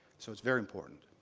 so it's very important.